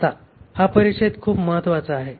आता हा परिच्छेद खूप महत्वाचा आहे